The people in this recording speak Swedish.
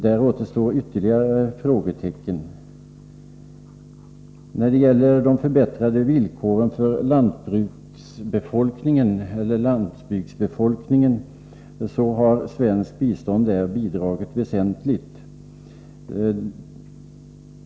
Där återstår ytterligare frågetecken. När det gäller att förbättra villkoren för landsbygdsbefolkningen har svenskt bistånd bidragit väsentligt.